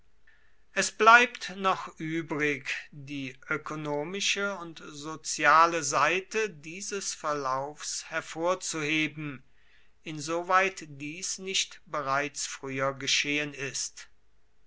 es bleibt noch übrig die ökonomische und soziale seite dieses verlaufs hervorzuheben insoweit dies nicht bereits früher geschehen ist